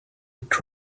with